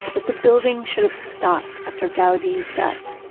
that the building should have stopped after gaudi's death.